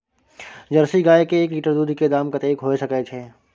Jersey गाय के एक लीटर दूध के दाम कतेक होय सके छै?